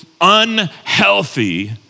unhealthy